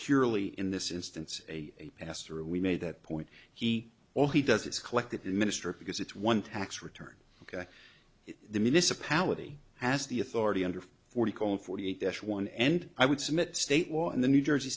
purely in this instance a pastor we made that point he all he does it's collected the minister because it's one tax return ok the municipality has the authority under forty called forty eight s one end i would submit state law in the new jersey